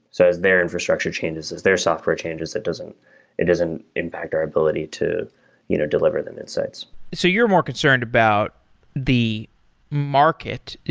so as their infrastructure, changes as their software changes, that doesn't it doesn't impact our ability to you know deliver them insights so you're more concerned about the market,